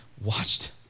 watched